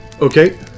okay